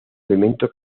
elemento